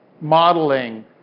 modeling